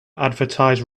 advertise